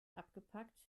abgepackt